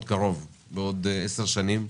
בעוד עשר שנים,